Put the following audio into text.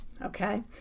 okay